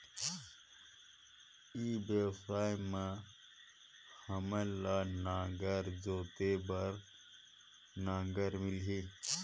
ई व्यवसाय मां हामन ला नागर जोते बार नागर मिलही?